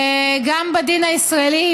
גם בדין הישראלי,